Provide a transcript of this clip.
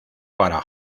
para